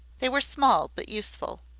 they were small, but useful.